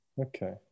Okay